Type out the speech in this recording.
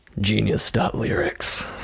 Genius.lyrics